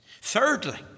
Thirdly